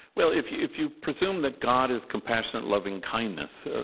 well, if you if you presume that god is compassionate loving-kindness, ah